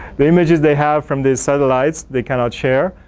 the images they have from the satellites, they cannot share.